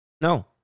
No